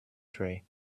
tray